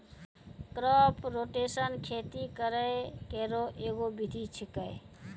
crop rotation खेती करै केरो एगो विधि छिकै